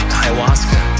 ayahuasca